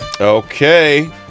okay